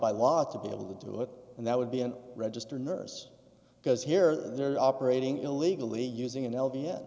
by law to be able to do it and that would be an registered nurse because here they're operating illegally using an l